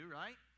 right